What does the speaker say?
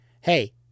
hey